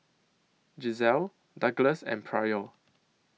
Gisele Douglas and Pryor